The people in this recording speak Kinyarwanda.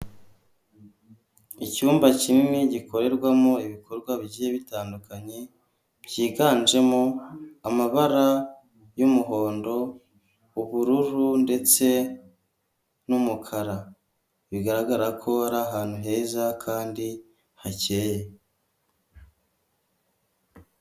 Icyumba kinini gikorerwamo ibikorwa bigiye bitandukanye, byiganjemo amabara y'umuhondo, ubururu ndetse n'umukara, bigaragara ko ari ahantu heza kandi hakeye.